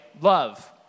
Love